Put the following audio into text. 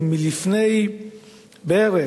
הוא מלפני בערך,